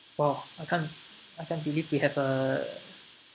!wow! I can't I can't believe we have a